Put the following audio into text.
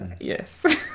yes